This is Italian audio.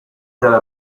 della